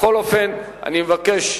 בכל אופן, אני מבקש,